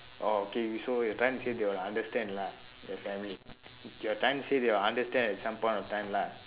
oh okay you so you're trying to say they will understand lah your family you're trying to say they will understand at some point of time lah